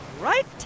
right